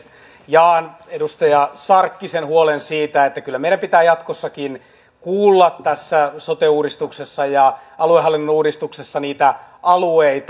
jaan edustaja sarkkisen huolen siitä että kyllä meidän pitää jatkossakin kuulla tässä sote uudistuksessa ja aluehallinnon uudistuksessa alueita